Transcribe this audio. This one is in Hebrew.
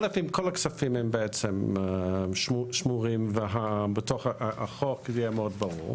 א' אם כל הכספים הם בעצם שמורים ובתוך החוק זה יהיה מאוד ברור.